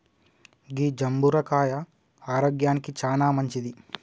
గీ జంబుర కాయ ఆరోగ్యానికి చానా మంచింది